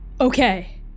Okay